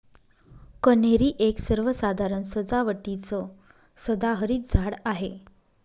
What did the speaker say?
कन्हेरी एक सर्वसाधारण सजावटीचं सदाहरित झाड आहे